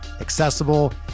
accessible